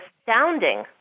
astounding